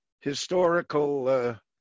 historical